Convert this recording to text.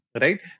right